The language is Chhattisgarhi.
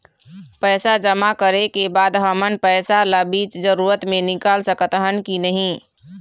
पैसा जमा करे के बाद हमन पैसा ला बीच जरूरत मे निकाल सकत हन की नहीं?